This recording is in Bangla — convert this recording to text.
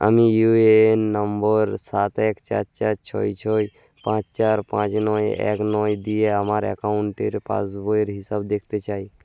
আমি ইউ এ এন নম্বর সাত এক চার চার ছয় ছয় পাঁচ চার পাঁচ নয় এক নয় দিয়ে আমার অ্যাকাউন্টের পাসবইয়ের হিসাব দেখতে চাই